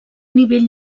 nivell